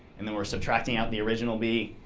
and then we're subtracting out the original b,